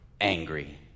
angry